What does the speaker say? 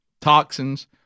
toxins